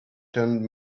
turned